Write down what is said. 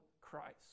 Christ